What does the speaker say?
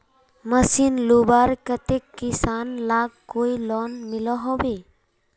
Machine लुबार केते किसान लाक कोई लोन मिलोहो होबे?